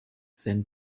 saint